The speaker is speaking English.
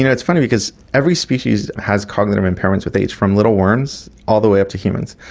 you know it's funny because every species has cognitive impairments with age, from little worms all the way up to humans.